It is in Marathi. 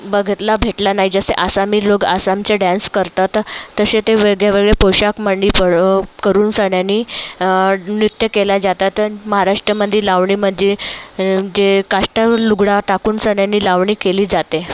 बघितला भेटला नाही जसे आसामी लोक आसामचे डॅन्स करतात तसे ते वेगळे वेगळे पोशाखमंदी कळप करून सन्यानी नृत्य केल्या जातात अन् महाराष्ट्रमंदी लावणीमजे जे काष्टा व लुगडा टाकून सन्यानी लावणी केली जाते